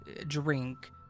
drink